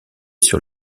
sur